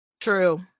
True